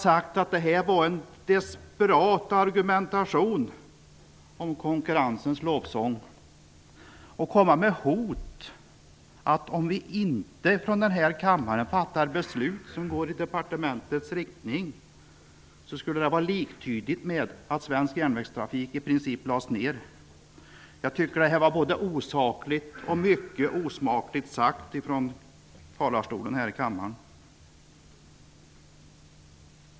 Det var en desperat argumentation om konkurrensens lovsång. Att komma med hotet att om vi inte här i kammaren fattar beslut som går i departementets riktning skulle det vara liktydigt med att svensk järnvägstrafik i princip läggs ned var både osakligt och osmakligt.